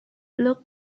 luck